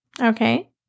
Okay